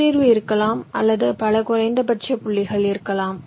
ஒரு தீர்வு இருக்கலாம் அல்லது பல குறைந்தபட்ச புள்ளிகள் இருக்கலாம்